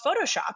Photoshop